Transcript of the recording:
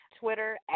Twitter